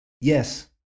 Yes